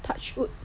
touch wood